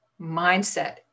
mindset